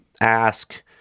ask